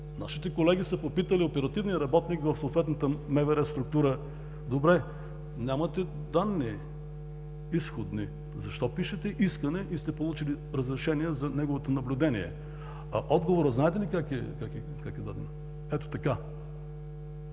нашите колеги са попитали оперативния работник в съответната МВР структура: добре, нямате изходни данни, защо пишете искане и сте получили разрешение за неговото наблюдение? Знаете ли как е даден отговорът?